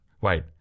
wait